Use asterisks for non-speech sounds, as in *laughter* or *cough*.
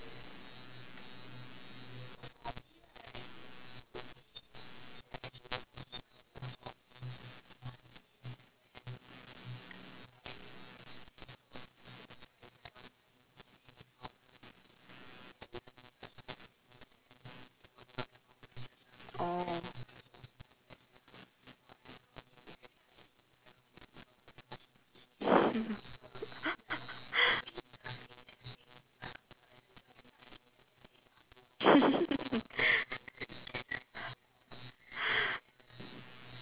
oh *laughs*